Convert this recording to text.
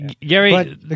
gary